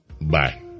Bye